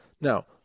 Now